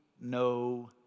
no